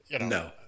No